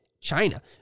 China